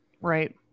right